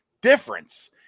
difference